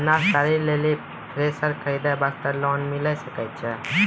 अनाज तैयारी लेल थ्रेसर खरीदे वास्ते लोन मिले सकय छै?